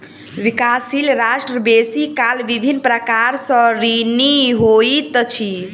विकासशील राष्ट्र बेसी काल विभिन्न प्रकार सँ ऋणी होइत अछि